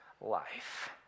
life